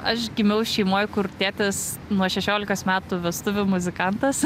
aš gimiau šeimoj kur tėtis nuo šešiolikos metų vestuvių muzikantas